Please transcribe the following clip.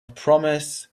promise